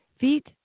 feet